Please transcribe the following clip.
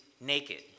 naked